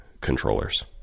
controllers